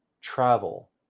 travel